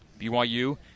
BYU